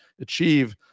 achieve